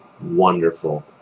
Wonderful